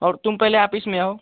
और तुम पहिले आपिस में आओ